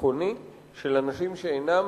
ודרקוני של אנשים שאינם